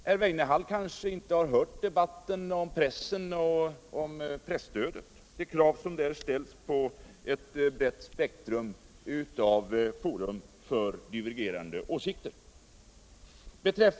Herr Weinehall kanske inte har hört debatten om pressen och presstödet samt de krav som där ställs på ett brett spektrum av föra för divergerande åsikter.